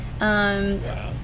Wow